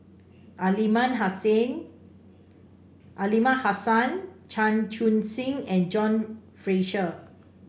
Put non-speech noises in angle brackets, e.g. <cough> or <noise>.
Aliman <unintelligible> Aliman Hassan Chan Chun Sing and John Fraser